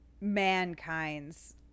mankind's